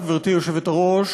גברתי היושבת-ראש,